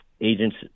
agents